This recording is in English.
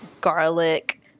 garlic